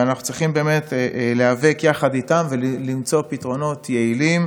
ואנחנו צריכים להיאבק יחד איתם ולמצוא פתרונות יעילים